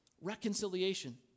reconciliation